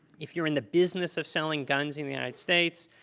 if you're in the business of selling guns in the united states,